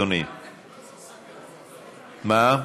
מה,